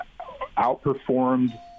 outperformed